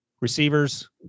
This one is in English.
receivers